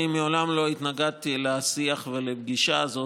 אני מעולם לא התנגדתי לשיח ולפגישה הזאת,